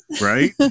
right